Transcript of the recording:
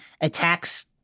attacks